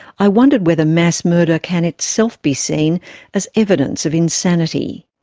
i wondered whether mass murder can itself be seen as evidence of insanity.